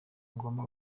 mugomba